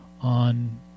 on